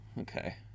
Okay